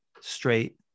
straight